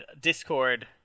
Discord